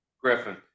Griffin